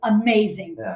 amazing